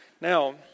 Now